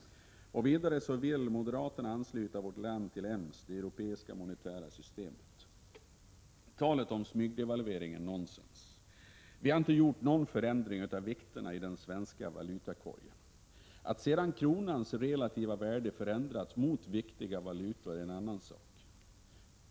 Vidare vill moderaterna ansluta vårt land till EMS, det europeiska monetära systemet. Talet om smygdevalvering är nonsens. Vi har inte gjort någon förändring av vikterna i den svenska valutakorgen. Att sedan kronans relativa värde förändrats mot några viktiga valutor är en annan sak.